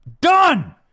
Done